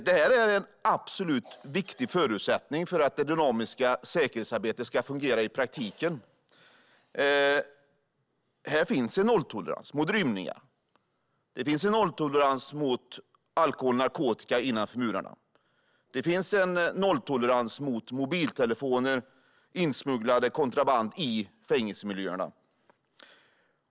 Det är en mycket viktig förutsättning för att det dynamiska säkerhetsarbetet ska fungera i praktiken. Det finns en nolltolerans mot rymningar och mot alkohol och narkotika innanför murarna, och det finns en nolltolerans mot mobiltelefoner och kontraband i fängelsemiljöerna.